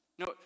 No